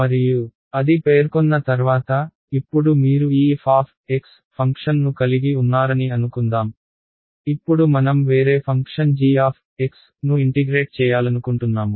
మరియు అది పేర్కొన్న తర్వాత ఇప్పుడు మీరు ఈ f ఫంక్షన్ను కలిగి ఉన్నారని అనుకుందాం ఇప్పుడు మనం వేరే ఫంక్షన్ g ను ఇంటిగ్రేట్ చేయాలనుకుంటున్నాము